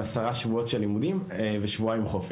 עשרה שבועות של לימודים ושבועיים חופש.